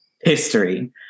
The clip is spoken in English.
History